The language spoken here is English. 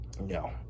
No